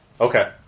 Okay